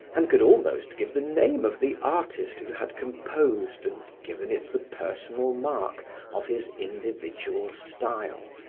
and could almost give the name of the artist who had composed and given it the personal mark of his individual style.